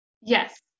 Yes